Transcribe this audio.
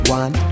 one